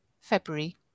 February